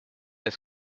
est